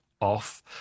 off